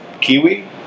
kiwi